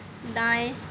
दाएं